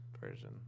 version